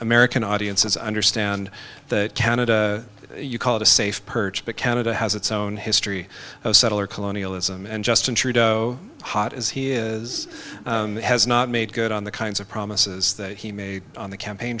american audiences understand that canada you call it a safe perch but canada has its own history of settler colonialism and justin trudeau hot as he is has not made good on the kinds of promises that he made on the campaign